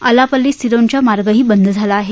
आलापल्ली सिरोंचा मार्गही बंद झाला आहे